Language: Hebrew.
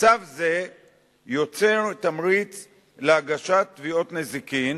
מצב זה יוצר תמריץ להגשת תביעות נזיקין,